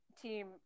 team